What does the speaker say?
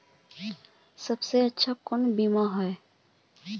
सबसे अच्छा कुन बिमा होय?